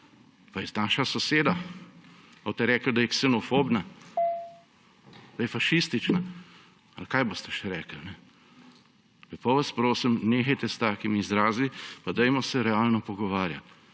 Pa je naša soseda. A boste rekli, da je ksenofobna, da je fašistična ali kaj boste še rekli? Lepo vas prosim, nehajte s takimi izrazi, pa se realno pogovarjajmo,